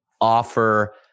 offer